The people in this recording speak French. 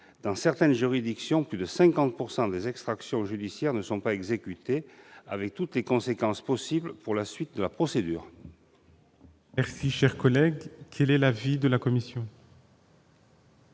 Dans certaines juridictions, plus de 50 % des extractions judiciaires ne sont pas exécutées, avec toutes les conséquences que cela peut entraîner pour la suite de la procédure.